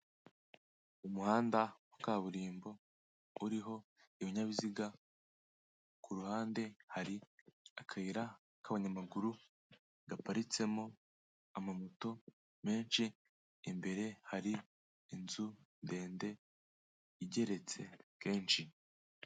Hoteri nini iri mu bwoko bwa etaje igeretse gatatu yanditseho giriti apatimenti hoteri ivuze ko ari hoteri nziza irimo amacumbi akodeshwa.